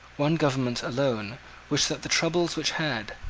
one government alone wished that the troubles which had,